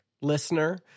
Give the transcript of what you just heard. listener